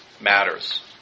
matters